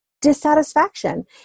dissatisfaction